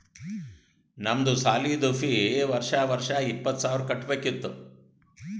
ನಮ್ದು ಸಾಲಿದು ಫೀ ವರ್ಷಾ ವರ್ಷಾ ಇಪ್ಪತ್ತ ಸಾವಿರ್ ಕಟ್ಬೇಕ ಇತ್ತು